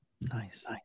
Nice